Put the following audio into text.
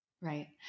Right